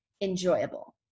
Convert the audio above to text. enjoyable